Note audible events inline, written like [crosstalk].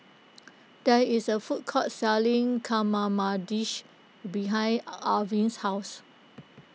[noise] there is a food court selling [unintelligible] behind Arvin's house